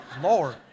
Lord